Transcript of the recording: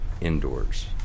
indoors